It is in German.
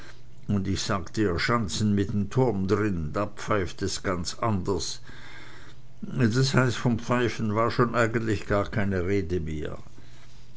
und ich sage dir schanzen mit m turm drin da pfeift es ganz anders das heißt von pfeifen war schon eigentlich gar keine rede mehr